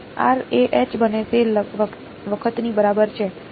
r એ H બને તે વખતની બરાબર છે